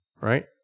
Right